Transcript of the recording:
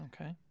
okay